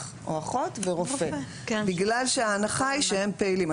אח או אחות ורופא בגלל שההנחה היא שהם פעילים.